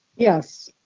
yes.